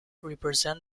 represent